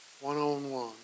one-on-one